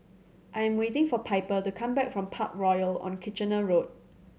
I am waiting for Piper to come back from Parkroyal on Kitchener Road